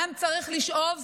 העם צריך לשאוב